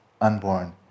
unborn